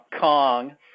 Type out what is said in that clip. Kong